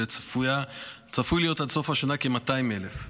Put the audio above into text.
ועד סוף השנה צפויים להיות כ-200,000.